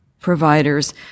providers